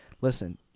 listen